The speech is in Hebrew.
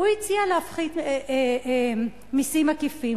הוא הציע להפחית מסים עקיפים,